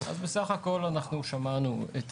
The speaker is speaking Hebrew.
אז בסך הכול אנחנו שמענו את